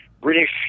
British